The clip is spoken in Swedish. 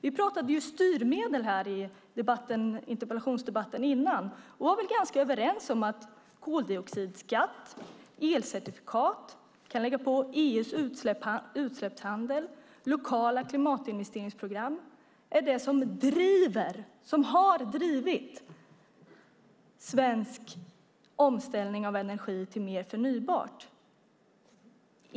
Vi pratade ju styrmedel i den förra interpellationsdebatten, och vi var ganska överens om att koldioxidskatt, elcertifikat, EU:s utsläppshandel och lokala klimatinvesteringsprogram är det som driver och har drivit svensk omställning av energi till mer förnybart.